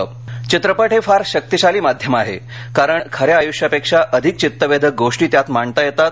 चित्रपट हे फार शक्तिशाली माध्यम आहे कारण खऱ्या आयुष्यापेक्षा अधिक चित्तवेधक गोष्टी त्यात मांडता येतात